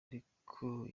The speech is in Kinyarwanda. ariko